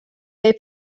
they